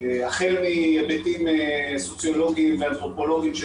החל מהיבטים סוציולוגיים ואנתרופולוגיים של